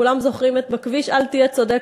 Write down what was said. כולם זוכרים את "בכביש אל תהיה צודק,